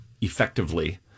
effectively